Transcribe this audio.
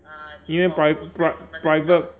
因为 pri~ pri~ private